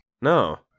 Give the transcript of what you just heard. No